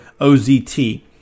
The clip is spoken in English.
OZT